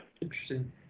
Interesting